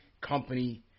company